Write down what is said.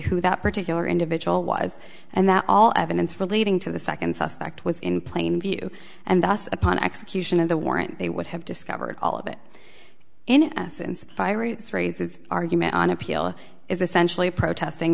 who that particular individual was and that all evidence relating to the second suspect was in plain view and thus upon execution of the warrant they would have discovered all of it in essence pirate's raises argument on appeal is essentially protesting